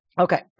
Okay